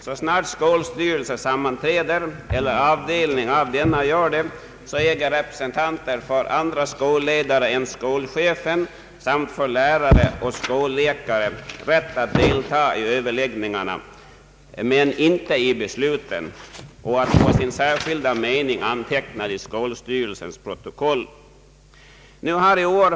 Så snart skolstyrelse eller avdelning av denna sammanträder äger representanter för andra skolledare än skolchefen samt för lärare och skolläkare rätt att delta i överläggningarna men ej i besluten och att få sin särskilda mening antecknad till skolstyrelsens protokoll.